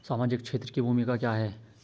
सामाजिक क्षेत्र की भूमिका क्या है?